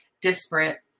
disparate